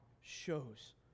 shows